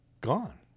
gone